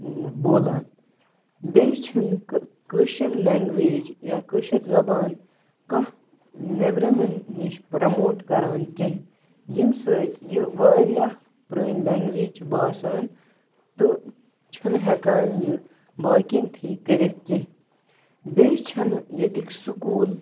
بولان بیٚیہِ چھَنہٕ کٲشٕر لینگویٚج یا کٲشِر زبان کانہہ نیبرِمٮ۪ن نِش پرٛموٹ کَران کیٚنٛہہ ییٚمہِ سۭتۍ یہِ واریاہ پرٲنۍ لٮ۪نگویٚج چھِ باسان تہٕ چھِنہٕ ہیٚکان یہِ باقٮ۪ن تھی کٔرِتھ کیٚنٛہہ بیٚیہِ چھَنہٕ ییٚتیِکۍ سکوٗل